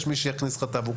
יש מי שיכניס את האבוקה.